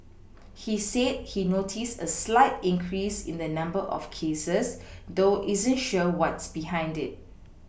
he said he's noticed a slight increase in the number of cases though isn't sure what's behind it